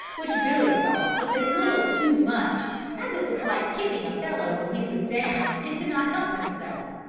which billy thought was a little too much as it was like kicking a fellow when he was down and could not help himself.